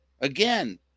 Again